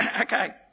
okay